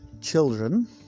children